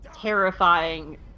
terrifying